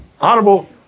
Honorable